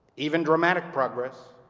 even dramatic progress.